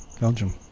Belgium